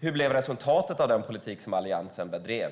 Vad blev resultatet av den politik Alliansen bedrev?